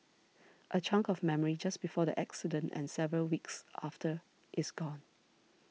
a chunk of memory just before the accident and several weeks after is gone